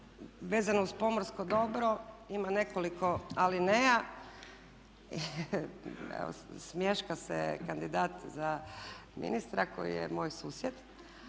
vezano uz pomorsko dobro ima nekoliko alineja. Evo smješka se kandidat za ministra koji je moj susjed.